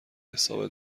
حساب